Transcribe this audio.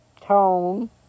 tone